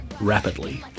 rapidly